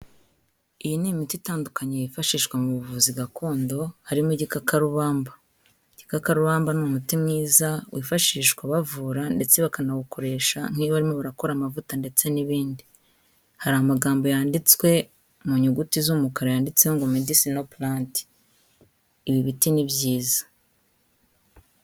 Iyi ni imiti itandukanye yifashishwa mu buvuzi gakondo, harimo igikakarubamba. Igikakarubamba ni umuti mwiza wifashishwa bavura ndetse bakanawukoresha nk'iyo barimo barakora amavuta ndetse n'ibindi. Hari amagambo yanditswe mu nyuguti z'umukara yanditseho ngo Medicinal plants, ibi biti ni byiza.